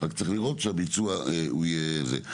רק צריך לראות שהביצוע יהיה זה.